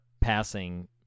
passing